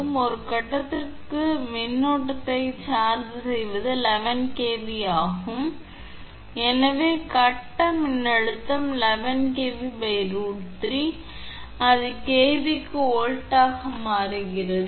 எனவே ஒரு கட்டத்திற்கு மின்னோட்டத்தை சார்ஜ் செய்வது 11 kV ஆகும் எனவே கட்ட மின்னழுத்தம் 11kV√3 மற்றும் அது kV க்கு வோல்ட்டாக மாறுகிறது